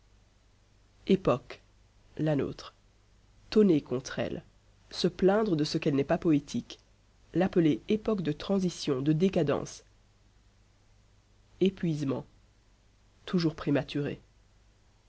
époque la nôtre tonner contre elle se plaindre de ce qu'elle n'est pas poétique l'appeler époque de transition de décadence épuisement toujours prématuré